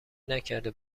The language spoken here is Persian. نکرده